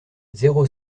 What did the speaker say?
zéro